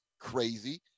crazy